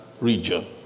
region